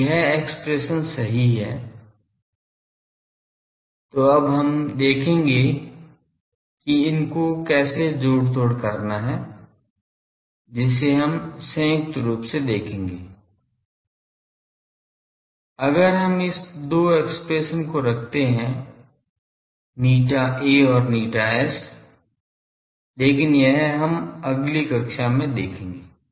तो यह एक्सप्रेशन सही है तो अब हम देखेंगे कि इनको कैसे जोड़ तोड़ करना है जिसे हम संयुक्त रूप से देखेंगे अगर हम इस दो एक्सप्रेशन को रखते हैं ηA और ηS लेकिन यह हम अगली कक्षा में देखेंगे